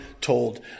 told